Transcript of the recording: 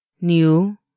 New